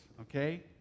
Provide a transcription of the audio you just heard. okay